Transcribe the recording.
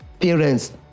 parents